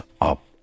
up